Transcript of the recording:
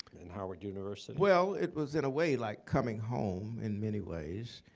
and howard university? well, it was, in a way, like coming home in many ways.